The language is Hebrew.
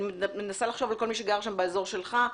אני מנסה לחשוב על מי שגר באזור שלך.